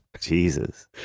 Jesus